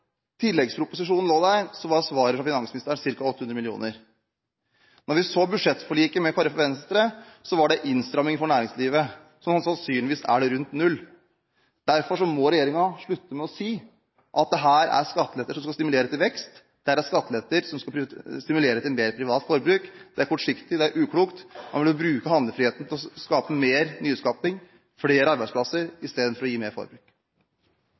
tilleggsproposisjonen lå der, var svaret fra finansministeren ca. 800 mill. kr. Da vi så budsjettforliket med Kristelig Folkeparti og Venstre, var det innstramming for næringslivet, så sannsynligvis er det rundt null. Derfor må regjeringen slutte med å si at dette er skatteletter som skal stimulere til vekst; dette er skatteletter som skal stimulere til mer privat forbruk. Det er kortsiktig og det er uklokt. Man burde bruke handlefriheten til å skape mer nyskaping og flere arbeidsplasser istedenfor å gi mer forbruk.